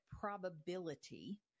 probability